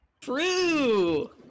True